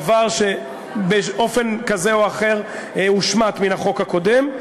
דבר שבאופן כזה או אחר הושמט מן החוק הקודם.